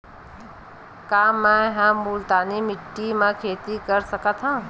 का मै ह मुल्तानी माटी म खेती कर सकथव?